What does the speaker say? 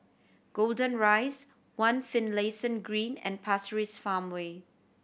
Golden Rise One Finlayson Green and Pasir Ris Farmway